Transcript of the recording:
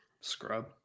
scrub